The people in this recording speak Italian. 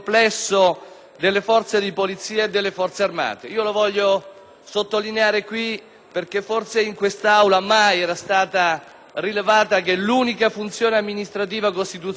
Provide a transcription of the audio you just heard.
delle Forze di polizia e delle Forze armate. Lo voglio sottolineare qui, perché forse in quest'Aula mai era stato rilevato che l'unica funzione amministrativa costituzionalizzata